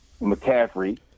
McCaffrey